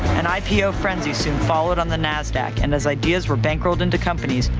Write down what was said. an ipo frenzy soon followed on the nasdac and as ideas were bankrolled into companies,